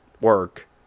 work